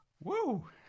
Woo